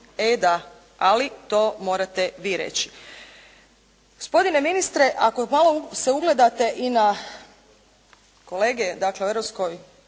e da, ali to morate vi reći.